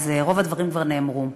אז רוב הדברים כבר נאמרו,